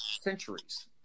centuries